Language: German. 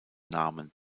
namen